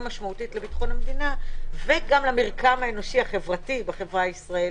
משמעותית לביטחון המדינה וגם למרקם האנושי החברתי בחברה הישראלית,